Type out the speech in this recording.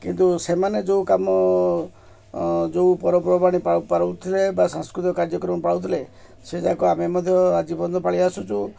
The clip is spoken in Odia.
କିନ୍ତୁ ସେମାନେ ଯେଉଁ କାମ ଯେଉଁ ପର୍ବପର୍ବାଣି ପାଳୁଥିଲେ ବା ସାଂସ୍କୃତିକ କାର୍ଯ୍ୟକ୍ରମ ପାଳୁଥିଲେ ସେ ଯାକ ଆମେ ମଧ୍ୟ ଆଜି ପର୍ଯ୍ୟନ୍ତ ପାଳି ଆସୁଛୁ